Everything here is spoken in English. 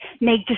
make